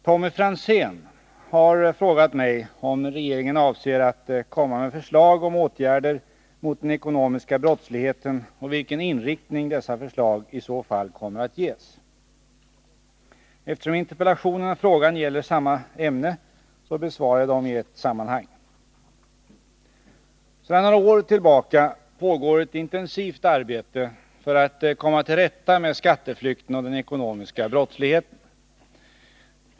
Tommy Franzén har frågat mig om regeringen avser att komma med förslag om åtgärder mot den ekonomiska brottsligheten och vilken inriktning dessa förslag i så fall kommer att ges. Eftersom interpellationen och frågan gäller samma ämne, besvarar jag dem i ett sammanhang. Sedan några år tillbaka pågår ett intensivt arbete för att komma till rätta med skatteflykten och den ekonomiska brottsligheten.